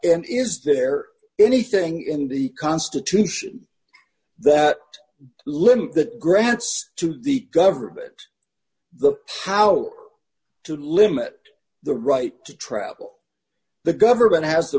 and is there anything in the constitution that limit that grants to the government the power to limit the right to travel the government has the